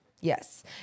Yes